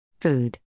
Food